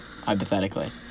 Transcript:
hypothetically